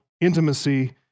intimacy